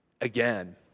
again